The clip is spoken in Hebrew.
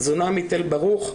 זונה מתל ברוך,